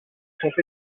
sont